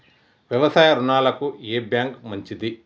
వ్యవసాయ రుణాలకు ఏ బ్యాంక్ మంచిది?